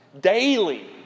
daily